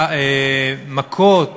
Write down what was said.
מכות